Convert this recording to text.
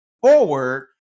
forward